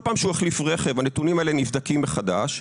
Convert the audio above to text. פעם שהוא מחליף רכב הנתונים האלה נבדקים מחדש.